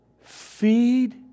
Feed